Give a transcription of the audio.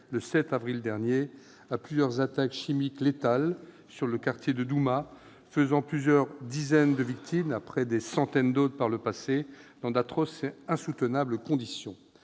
le 7 avril dernier, à plusieurs attaques chimiques létales sur le quartier de Douma, faisant plusieurs dizaines de victimes, après des centaines d'autres dans le passé, dans d'atroces et insoutenables conditions.